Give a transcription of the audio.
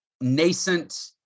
nascent